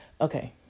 Okay